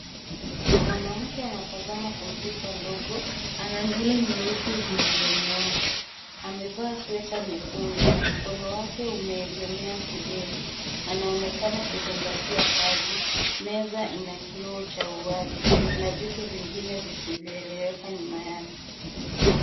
Mwanamke anatazama kompyuta ndogo. Ana nywele nyeusi zilizonyooka. Amevaa sweta nyekundu. Mkono wake umeegemea kidevu. Anaonekana kuzingatia kazi. Meza ina kioo cha uwazi. Kuna vitu vingine visivyoeleweka nyuma yake.